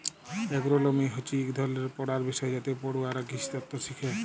এগ্রোলমি হছে ইক ধরলের পড়ার বিষয় যাতে পড়ুয়ারা কিসিতত্ত শিখে